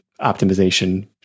optimization